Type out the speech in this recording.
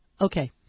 Okay